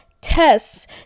tests